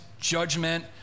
judgment